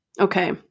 Okay